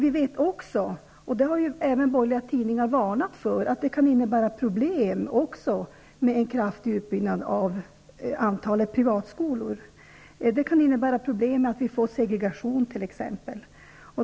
Vi vet också -- det har även borgerliga tidningar varnat för -- att det kan innebära problem med en kraftig utbyggnad av antalet privata skolor. Det kan innebära att vi t.ex. får segregation.